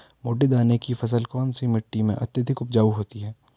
मोटे दाने की फसल कौन सी मिट्टी में अत्यधिक उपजाऊ होती है?